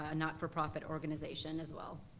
ah not-for-profit organization as well.